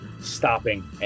stopping